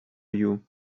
you